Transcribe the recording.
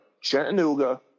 Chattanooga